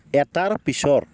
এটাৰ পিছৰ